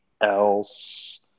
else